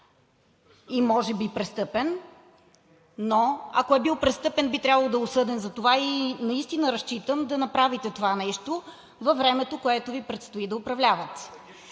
и може би престъпен, но ако е бил престъпен, би трябвало да е осъден за това и наистина разчитам да направите това нещо във времето, което Ви предстои да управлявате.